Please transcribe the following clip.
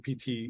PT